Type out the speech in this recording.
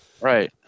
Right